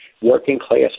working-class